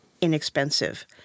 inexpensive